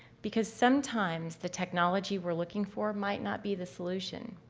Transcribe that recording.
because, sometimes the technology we're looking for might not be the solution.